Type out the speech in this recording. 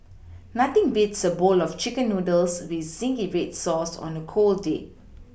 nothing beats a bowl of chicken noodles with zingy red sauce on a cold day